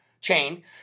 chain